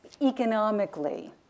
economically